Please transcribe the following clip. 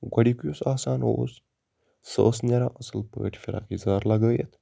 گۄڈٕنیُک یُس آسان اوس سۄ ٲس نیران اصٕل پٲٹھۍ فراق یَزار لَگٲیِتھ